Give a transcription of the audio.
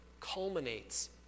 culminates